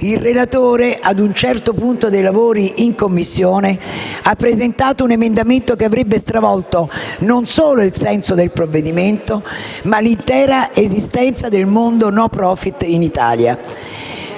Il relatore, ad un certo punto dei lavori in Commissione, ha presentato un emendamento che avrebbe stravolto non solo il senso del provvedimento, ma l'intera esistenza del mondo *no profit* in Italia.